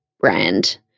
brand